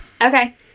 Okay